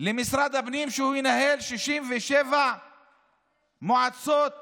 למשרד הפנים, שהוא ינהל 67 מועצות ועיריות.